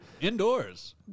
Indoors